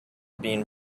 been